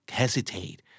hesitate